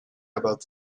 about